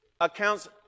accounts